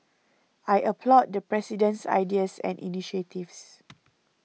I applaud the President's ideas and initiatives